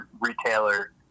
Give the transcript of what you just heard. retailer